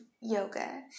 yoga